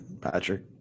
Patrick